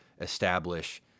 establish